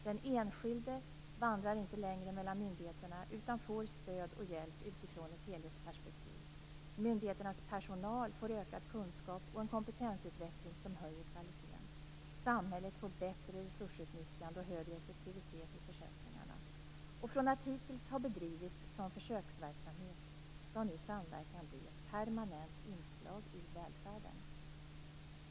Den enskilde vandrar inte längre mellan myndigheterna utan får stöd och hjälp utifrån ett helhetsperspektiv. Myndigheternas personal får ökad kunskap och en kompetensutveckling som höjer kvaliteten. Samhället får bättre resursutnyttjande och högre effektivitet i försäkringarna. Från att hittills ha bedrivits som försöksverksamhet skall nu samverkan bli ett permanent inslag i välfärden.